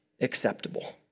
acceptable